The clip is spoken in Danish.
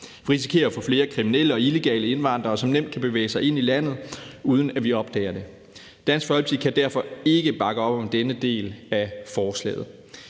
Vi risikerer at få flere kriminelle og illegale indvandrere, som nemt kan bevæge sig ind i landet, uden at vi opdager det. Dansk Folkeparti kan derfor ikke bakke op om denne del af forslaget.